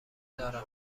دارم